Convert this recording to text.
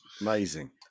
Amazing